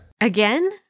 Again